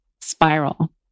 spiral